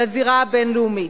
לזירה הבין-לאומית.